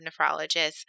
nephrologists